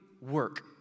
work